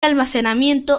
almacenamiento